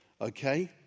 okay